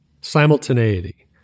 Simultaneity